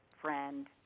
friend